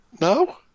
No